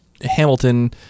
Hamilton